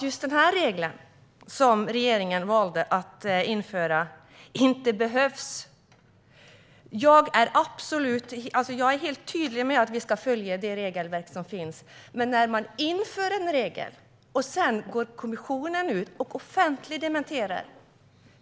Just den regel som regeringen valde att införa behövs inte. Jag tycker absolut att vi ska följa de regelverk som finns. Men när kommissionen går ut - efter att en regel införts - och offentligt dementerar